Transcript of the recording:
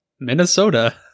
Minnesota